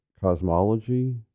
cosmology